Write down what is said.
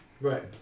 Right